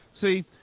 See